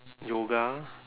yoga